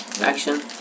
action